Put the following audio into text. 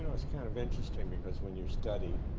and it's kind of interesting, because when you study,